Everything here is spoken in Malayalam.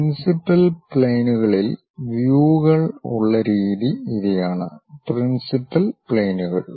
പ്രിൻസിപ്പൽ പ്ലെയിനുകളിൽ വ്യൂകൾ ഉള്ള രീതി ഇവയാണ് പ്രിൻസിപ്പൽ പ്ലെയിനുകൾ